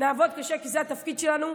כי זה התפקיד שלנו.